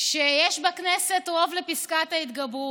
שיש בכנסת רוב לפסקת ההתבגרות.